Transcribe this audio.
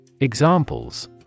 Examples